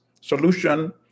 solution